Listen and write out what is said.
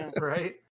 right